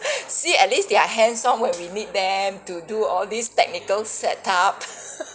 see at least they're hands on when we need them to do all these technical set up